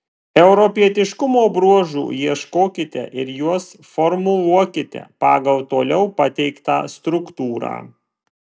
europietiškumo bruožų ieškokite ir juos formuluokite pagal toliau pateiktą struktūrą